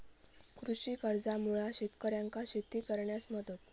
कृषी कर्जामुळा शेतकऱ्यांका शेती करण्यास मदत